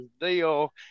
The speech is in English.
deal